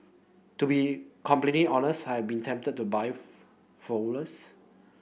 to be completely honest I have been tempted to buy follows